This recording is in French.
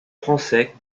français